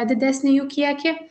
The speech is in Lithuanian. didesnį jų kiekį